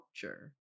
culture